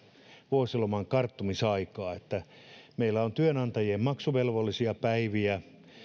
vuosiloman karttumisaikaa meillä on työnantajien maksuvelvollisia päiviä